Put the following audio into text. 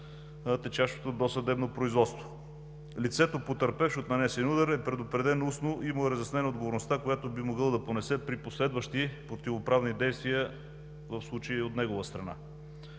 течащото досъдебно производство. Лицето, потърпевшо от нанесения удар, е предупредено устно и му е разяснена отговорността, която би могъл да понесе, при последващи противоправни действия и от негова страна.